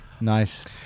Nice